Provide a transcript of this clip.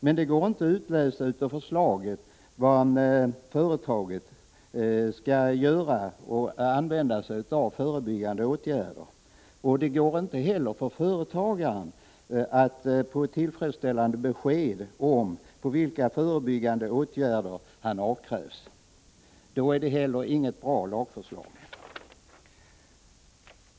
Det går emellertid inte att utläsa av förslaget vad företaget skall göra och vilka förebyggande åtgärder det skall använda. Det går inte heller för företagaren att få tillfredsställande besked om vilka förebyggande åtgärder han avkrävs — då är det heller inget bra lagförslag.